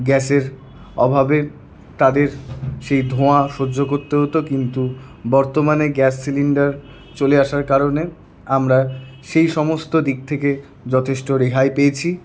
গ্যাসের অভাবে তাদের সেই ধোঁয়া সহ্য করতে হতো কিন্তু বর্তমানে গ্যাস সিলিন্ডার চলে আসার কারণে আমরা সেই সমস্ত দিক থেকে যথেষ্ট রেহাই পেয়েছি